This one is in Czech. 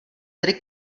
tedy